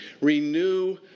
Renew